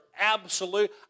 absolute